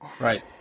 Right